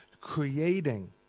creating